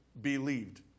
believed